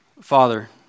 Father